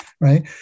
right